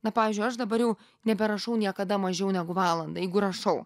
na pavyzdžiui aš dabar jau neberašau niekada mažiau negu valandą jeigu rašau